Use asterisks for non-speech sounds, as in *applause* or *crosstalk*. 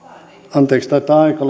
anteeksi taitaa aika *unintelligible*